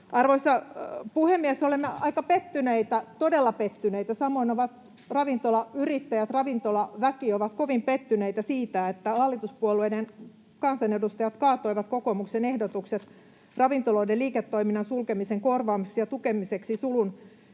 Arvoisa puhemies! Olemme aika pettyneitä, todella pettyneitä — samoin ovat ravintolayrittäjät, ravintolaväki pettyneitä — siitä, että hallituspuolueiden kansanedustajat kaatoivat kokoomuksen ehdotukset ravintoloiden liiketoiminnan sulkemisen korvaamiseksi ja tukemiseksi sulun